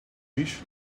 wish